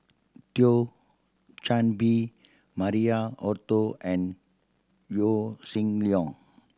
Thio Chan Bee Maria Hertogh and Yaw Shin Leong